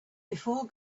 before